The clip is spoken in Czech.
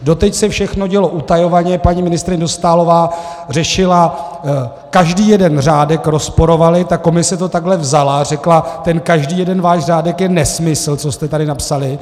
Doteď se všechno dělo utajovaně, paní ministryně Dostálová řešila, každý jeden řádek rozporovali, ta Komise to takhle vzala, řekla, ten každý jeden váš řádek je nesmysl, co jste tady napsali.